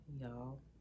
y'all